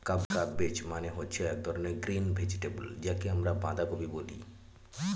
cabbage মানে হচ্ছে এক ধরনের গ্রিন ভেজিটেবল যাকে আমরা বাঁধাকপি বলে